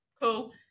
cool